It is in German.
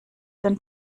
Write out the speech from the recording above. den